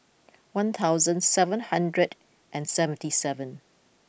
one thousand seven hundred and seventy seven